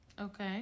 Okay